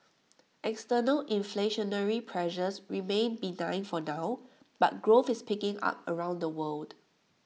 external inflationary pressures remain benign for now but growth is picking up around the world